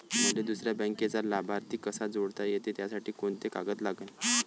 मले दुसऱ्या बँकेचा लाभार्थी कसा जोडता येते, त्यासाठी कोंते कागद लागन?